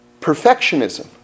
perfectionism